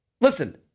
Listen